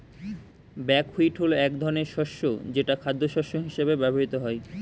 buckwheat হলো এক ধরনের শস্য যেটা খাদ্যশস্য হিসেবে ব্যবহৃত হয়